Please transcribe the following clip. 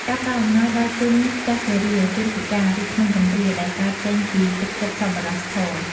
ការផ្តល់អំណោយដល់ជនចាស់ជរា ជនពិការ ឬក្មេងកំព្រា ដែលកើតចេញពីទឹកចិត្តសប្បុរសធម៌។